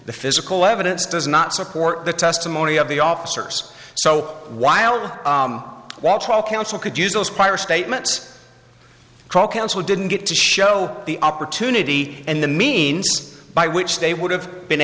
the physical evidence does not support the testimony of the officers so while while trial counsel could use those prior statements trial counsel didn't get to show the opportunity and the means by which they would have been